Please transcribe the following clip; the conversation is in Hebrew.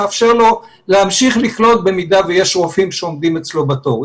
לאפשר לו להמשיך לקלוט במידה שיש רופאים שעומדים אצלו בתור.